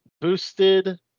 boosted